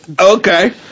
Okay